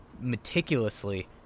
meticulously